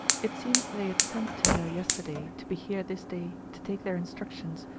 it seems they had sent to her yesterday, to be here this day, to take their instructions,